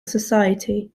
society